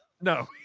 No